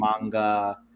manga